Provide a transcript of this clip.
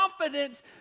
confidence